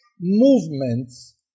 movements